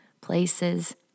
places